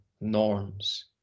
norms